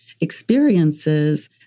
experiences